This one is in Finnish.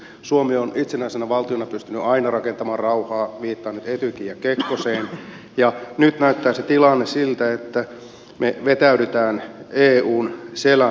suomi on itsenäisenä valtiona pystynyt aina rakentamaan rauhaa viittaan nyt etykiin ja kekkoseen ja nyt näyttää se tilanne siltä että me vetäydymme eun selän taakse